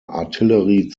artillerie